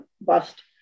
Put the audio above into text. bust